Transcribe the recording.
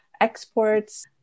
exports